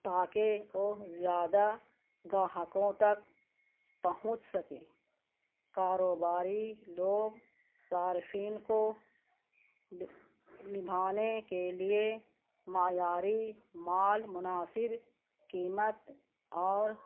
تاکہ وہ زیادہ گاہکوں تک پہنچ سکیں کاروباری لوگ صارفین کو نبھانے کے لیے معیاری مال مناسب قیمت اور